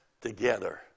together